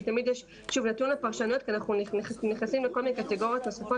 שהוא נתון לפרשנויות כי אנחנו נכנסים לכל מיני קטגוריות נוספות,